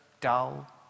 dull